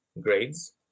grades